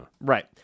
Right